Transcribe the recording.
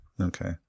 Okay